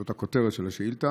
זאת הכותרת של השאילתה.